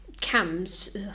cams